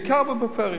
בעיקר בפריפריה.